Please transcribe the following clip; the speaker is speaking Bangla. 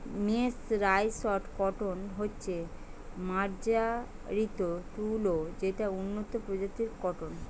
মের্সরাইসড কটন হচ্ছে মার্জারিত তুলো যেটা উন্নত প্রজাতির কট্টন